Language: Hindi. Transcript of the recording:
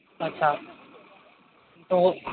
अच्छा तो